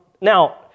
Now